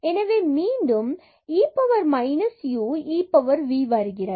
எனவே மீண்டும் e power minus u e power v வருகிறது